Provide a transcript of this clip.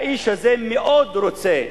האיש הזה מאוד רוצה,